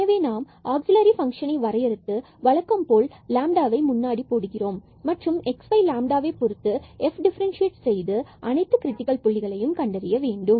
எனவே நாம் ஆக்சில்லரி ஃபங்ஷனை வரையறுத்து வழக்கம்போல் லாம்டாவை முன்னாடி போடுகிறோம் மற்றும் x y lambda பொறுத்து Fஐ டிஃபரண்சியைட் செய்து அனைத்து கிரிடிக்கல் புள்ளிகளையும் கண்டறிய வேண்டும்